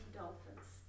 dolphins